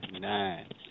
Nine